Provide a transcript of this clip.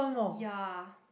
ya